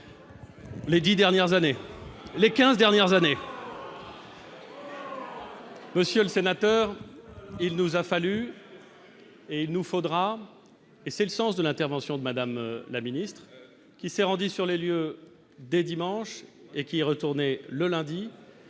Les 10 dernières années, les 15 dernières années. Monsieur le sénateur, il nous a fallu et il nous faudra et c'est le sens de l'intervention de Madame la Ministre, qui s'est rendu sur les lieux dès dimanche et qui est retourné le lundi,